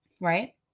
Right